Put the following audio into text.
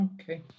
Okay